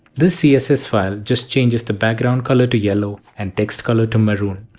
this css file just changes the background color to yellow and text color to maroon.